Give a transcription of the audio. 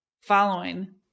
following